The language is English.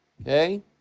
Okay